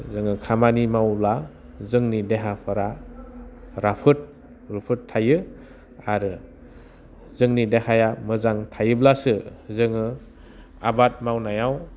जोङो खामानि मावोब्ला जोंनि देहाफोरा राफोद रुफोद थायो आरो जोंनि देहाया मोजां थायोब्लासो जोङो आबाद मावनायाव